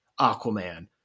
Aquaman